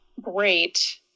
great